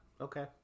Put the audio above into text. Okay